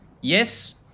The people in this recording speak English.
Yes